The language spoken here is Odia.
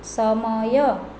ସମୟ